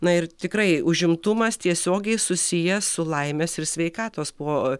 na ir tikrai užimtumas tiesiogiai susijęs su laimės ir sveikatos po